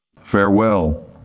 Farewell